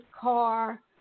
car